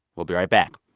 we'll be right back